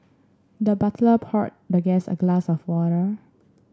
the butler poured the guest a glass of water